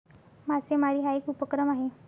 मासेमारी हा एक उपक्रम आहे